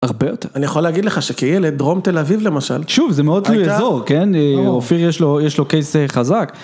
הרבה יותר. אני יכול להגיד לך שכילד, דרום תל אביב למשל, שוב זה מאוד תלוי איזור, אופיר יש לו קייס חזק.